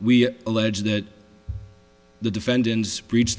we allege that the defendants breached the